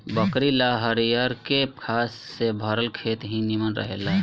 बकरी ला हरियरके घास से भरल खेत ही निमन रहेला